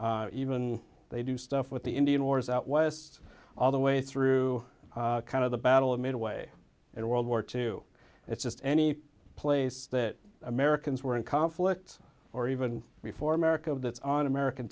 war even they do stuff with the indian wars out west all the way through kind of the battle of midway in world war two it's just any place that americans were in conflicts or even before america that's on american